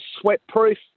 sweat-proof